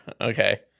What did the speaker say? Okay